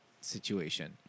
situation